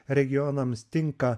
regionams tinka